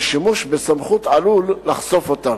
ושימוש בסמכות עלול לחשוף אותם.